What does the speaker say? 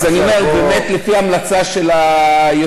אז אני אומר: באמת לפי המלצה של היושב-ראש,